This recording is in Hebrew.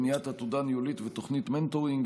בניית עתודה ניהולית ותוכנית מנטורינג,